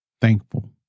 Thankful